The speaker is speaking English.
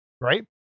Right